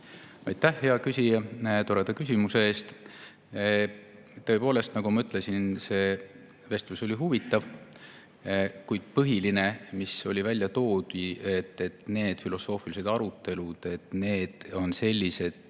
Aitäh, hea küsija, toreda küsimuse eest! Tõepoolest, nagu ma ütlesin, see vestlus oli huvitav. Põhiline, mis välja toodi, oli see, et need filosoofilised arutelud on sellised,